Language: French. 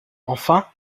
enfin